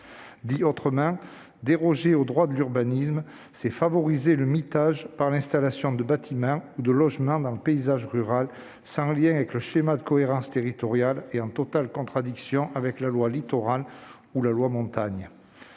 Dit autrement, déroger au droit de l'urbanisme, c'est favoriser le mitage par l'installation de bâtiments ou de logements dans le paysage rural, sans lien avec le schéma de cohérence territoriale et en totale contradiction avec la loi Littoral ou la loi Montagne.